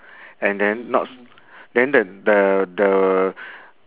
and then not s~ then the the the